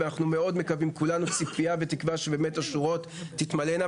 כולנו ציפייה ותקווה שהשורות באמת תתמלאנה